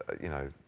ah you know,